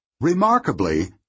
Remarkably